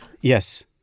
Yes